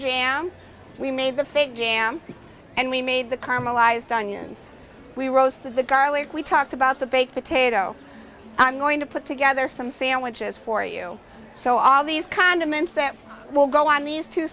jam we made the fake jam and we made the carmel eyes dunya and we roasted the garlic we talked about the baked potato i'm going to put together some sandwiches for you so all these condiments that will go on these two